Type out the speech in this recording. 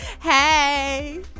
Hey